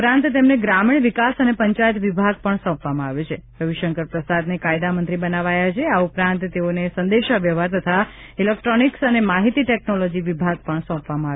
ઉપરાંત તેમને ગ્રામીણ વિકાસ અને પંચાયત વિભાગ પણ સોંપવામાં આવ્યો છે રવિશંકર પ્રસાદને કાયદા મંત્રી બનાવાયા છે આ ઉપરાંત તેઓને સંદેશા વ્યવહાર તથા ઇલેક્ટ્રોનીક્સ અને માહિતી ટેકનોલોજી વિભાગ પણ સોંપવામાં આવ્યા છે